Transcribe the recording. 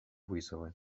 вызовы